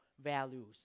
values